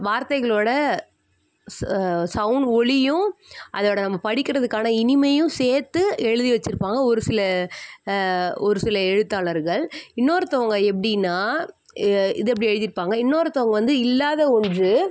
வார்த்தைகளோடய sound ஒலியும் அதோடய நம்ம படிக்கிறதுக்கான இனிமையும் சேர்த்து எழுதி வச்சுருப்பாங்க ஒரு சில ஒரு சில எழுத்தாளர்கள் இன்னொருத்தவங்க எப்படின்னா இதை எப்படி எழுதியிருப்பாங்க இன்னொருத்தவங்க வந்து இல்லாத ஒன்று